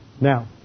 Now